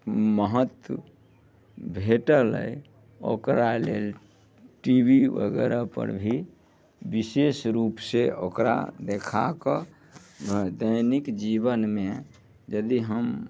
महत्व भेटल अइ ओकरा लेल टी वी वगैरह पर भी विशेष रूपसे ओकरा देखाकऽ दैनिक जीवनमे यदि हम